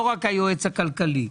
לא רק היועץ הכלכלי.